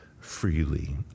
freely